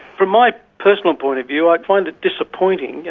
from my personal point of view i find it disappointing.